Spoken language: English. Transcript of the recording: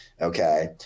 Okay